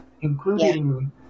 including